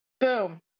Boom